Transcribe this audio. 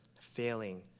failing